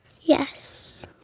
Yes